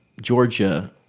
georgia